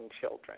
children